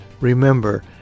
Remember